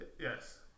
yes